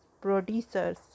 producers